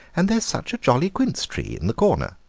and there's such a jolly quince tree in the corner.